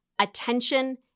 attention